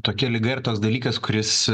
tokia liga ir toks s dalykas kuris